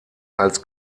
als